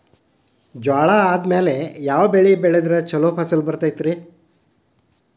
ಜ್ವಾಳಾ ಆದ್ಮೇಲ ಯಾವ ಬೆಳೆ ಬೆಳೆದ್ರ ಛಲೋ ಫಸಲ್ ಬರತೈತ್ರಿ?